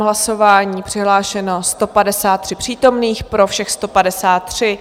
Hlasování číslo 62, přihlášeno 153 přítomných, pro všech 153.